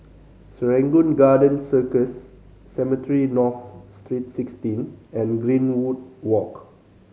Serangoon Garden Circus Cemetry North Street Sixteen and Greenwood Walk